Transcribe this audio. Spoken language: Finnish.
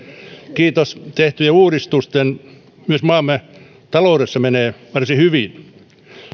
kiitos tehtyjen uudistusten myös maamme taloudessa menee varsin hyvin